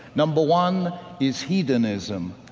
number one is hedonism,